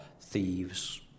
thieves